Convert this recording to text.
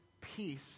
peace